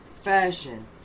fashion